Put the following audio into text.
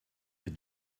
the